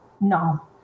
No